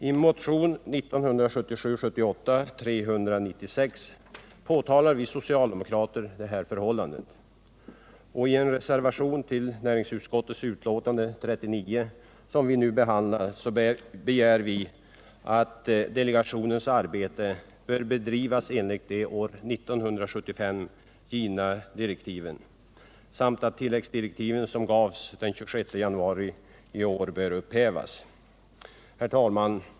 I motionen 1977/78:396 påtalar vi socialdemokrater detta förhållande, och i en reservation till näringsutskottets betänkande nr 39 som nu behandlas begär vi att delegationens arbete skall bedrivas enligt de år 1975 givna direktiven samt att tilläggsdirektiven som gavs den 26 januari i år skall upphävas. Herr talman!